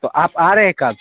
تو آپ آ رہے کب